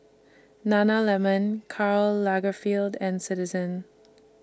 Nana Lemon Karl Lagerfeld and Citizen